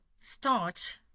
start